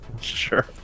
Sure